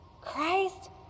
Christ